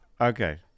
Okay